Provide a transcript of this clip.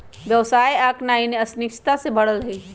व्यवसाय करनाइ अनिश्चितता से भरल हइ